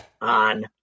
on